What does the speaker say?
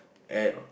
at